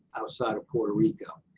outside of puerto rico.